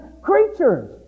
creatures